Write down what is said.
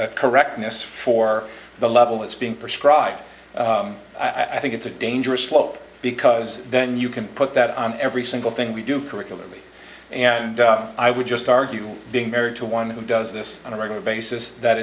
correctness for the level it's being prescribed i think it's a dangerous slope because then you can put that on every single thing we do curriculum and i would just argue being married to one who does this on a regular basis that